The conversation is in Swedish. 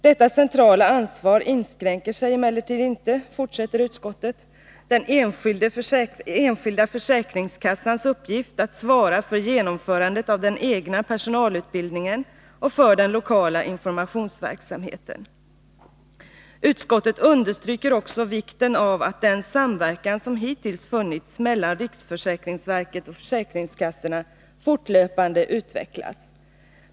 Detta centrala ansvar inskränker emellertid inte, fortsätter utskottet, den enskilda försäkringskassans uppgift att svara för genomförandet av den egna personalutbildningen och svara för den lokala informationsverksamheten. Utskottet understryker också vikten av att den samverkan som hittills funnits mellan riksförsäkringsverket och försäkringskassorna fortlöpande utvecklas.